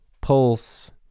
Pulse